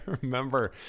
remember